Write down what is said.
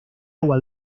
agua